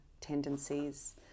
tendencies